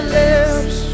lips